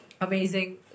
amazing